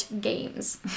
Games